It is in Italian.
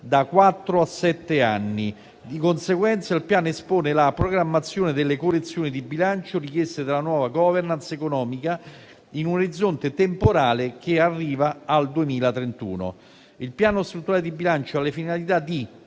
a sette anni. Di conseguenza, il Piano espone la programmazione delle correzioni di bilancio richieste dalla nuova *governance* economica, in un orizzonte temporale che arriva al 2031 Il Piano strutturale di bilancio ha le finalità di: